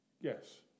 Yes